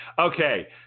okay